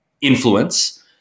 influence